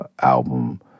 album